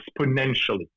exponentially